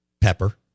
pepper